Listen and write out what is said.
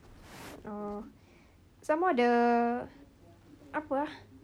oh some more the apa ah